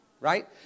right